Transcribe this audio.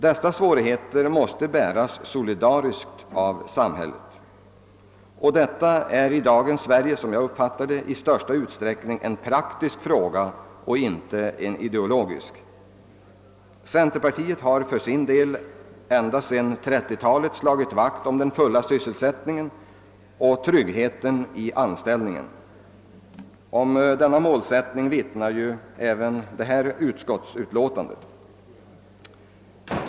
Dessa svårigheter måste bäras solidariskt av samhället. I dagens Sverige är detta enligt min mening mest en praktisk fråga och inte en ideologisk. Centerpartiet har för sin del ända sedan 1930-talet slagit vakt om den fulla sysselsättningen och tryggheten i anställningen. Om denna målsättning vittnar ju även detta utskottsutlåtande.